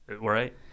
Right